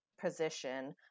position